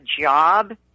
job